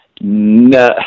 No